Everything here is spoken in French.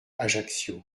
ajaccio